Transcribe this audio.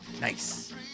Nice